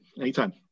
Anytime